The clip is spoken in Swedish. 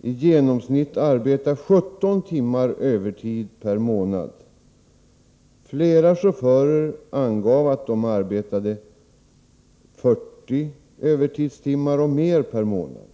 i genomsnitt arbetar 17 timmar övertid per månad. Flera chaufförer uppgav att de arbetade 40 övertidstimmar och mer per månad.